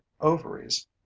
ovaries